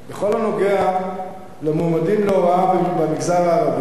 בכל הנוגע למועמדים להוראה במגזר הערבי,